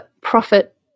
profit